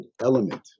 element